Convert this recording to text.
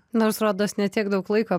nors rodos ne tiek daug laiko